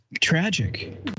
tragic